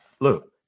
Look